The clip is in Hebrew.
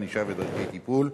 ענישה ודרכי טיפול),